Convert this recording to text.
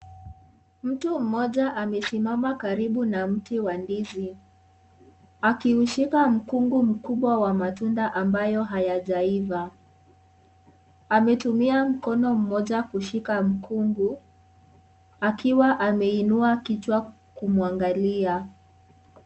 Mtu mmoja amesimama karibu na mti wa ndizi akiushika mkungu mkubwa wa matunda ambayo hayajaiva , ametumia mkono mmoja kushika mkungu akiwa ameinua kichwa kumwangalia.